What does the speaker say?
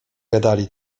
gadali